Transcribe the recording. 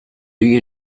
you